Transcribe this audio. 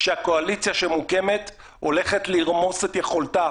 כשהקואליציה שמוקמת הולכת לרמוס את יכולתה